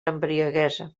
embriaguesa